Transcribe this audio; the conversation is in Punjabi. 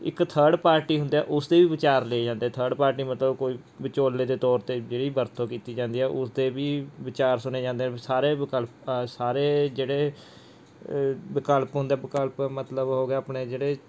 ਇੱਕ ਥਰਡ ਪਾਰਟੀ ਹੁੰਦਾ ਹੈ ਉਸਦੇ ਵੀ ਵਿਚਾਰ ਲਏ ਜਾਂਦੇ ਹੈ ਥਰਡ ਪਾਰਟੀ ਮਤਲਬ ਕੋਈ ਵਿਚੋਲੇ ਦੇ ਤੌਰ 'ਤੇ ਜਿਹੜੀ ਵਰਤੋਂ ਕੀਤੀ ਜਾਂਦੀ ਹੈ ਉਸ ਦੇ ਵੀ ਵਿਚਾਰ ਸੁਣੇ ਜਾਂਦੇ ਹਨ ਸਾਰੇ ਵਿਕਲਪ ਸਾਰੇ ਜਿਹੜੇ ਵਿਕਲਪ ਹੁੰਦੇ ਹੈ ਵਿਕਲਪ ਮਤਲਬ ਹੋ ਗਿਆ ਆਪਣੇ ਜਿਹੜੇ